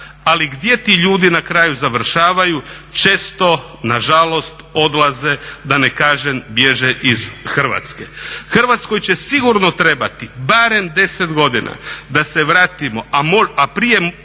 ali gdje ti ljudi na kraju završavaju? Često nažalost odlaze da ne kažem bježe iz Hrvatske. Hrvatskoj će sigurno trebati barem 10 godina da se vratimo, a prije